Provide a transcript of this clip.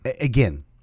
again